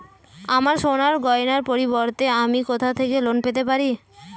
আমার সোনার গয়নার পরিবর্তে আমি কোথা থেকে লোন পেতে পারি?